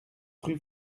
rue